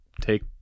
take